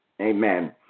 Amen